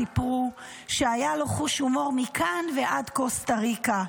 סיפרו שהיה לו חוש הומור מכאן ועד קוסטה ריקה,